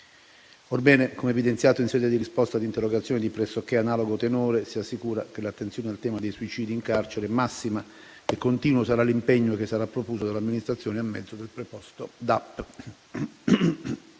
Orbene, come evidenziato in sede di risposta ad interrogazione di pressoché analogo tenore, si assicura che l'attenzione al tema dei suicidi in carcere è massima e continuo sarà l'impegno che sarà profuso dall'amministrazione a mezzo del preposto